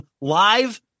live